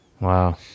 Wow